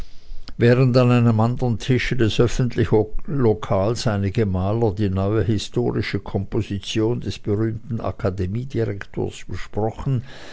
während an einem andern tische des öffentlichen lokales einige maler die neue historische komposition des berühmten akademiedirektors besprochen